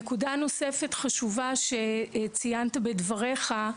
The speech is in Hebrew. נקודה נוספת חשובה שציינת בדבריך.